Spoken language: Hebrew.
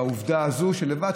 והעובדה הזו לבד,